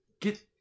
Get